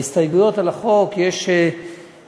בהסתייגויות על החוק יש הסתייגות,